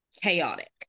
chaotic